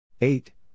Eight